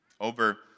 over